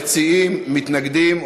האם המציעים מתנגדים,